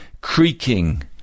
creaking